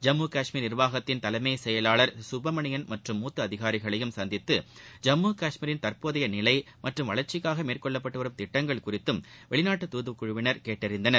ஜம்மு காஷ்மீர் நிர்வாகத்தின தலைமை செயலாளர் திரு சுப்ரமணியள் மற்றும் மூத்த அதிகாரிகளையும் சந்தித்து ஜம்மு காஷ்மீரின் தற்போதைய நிலை நிலை மற்றம் வளர்ச்சிக்காக மேற்கொள்ளப்பட்டுவரும் திட்டங்கள் குறித்தும் வெளிநாட்டு தூதுக்குழுவினர் கேட்டறிந்தனர்